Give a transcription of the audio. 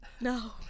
No